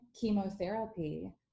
chemotherapy